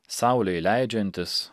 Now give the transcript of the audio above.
saulei leidžiantis